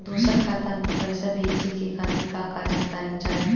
दूसर खाता में पईसा भेजे के खातिर का का जानकारी चाहि?